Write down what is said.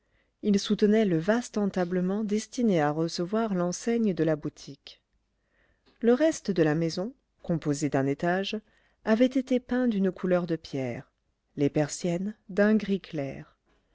ils soutenaient le vaste entablement destiné à recevoir l'enseigne de la boutique le reste de la maison composé d'un étage avait été peint d'une couleur de pierre les persiennes d'un gris clair